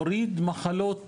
מוריד מחלות